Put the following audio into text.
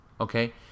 Okay